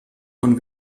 von